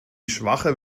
schwache